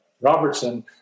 Robertson